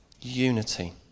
unity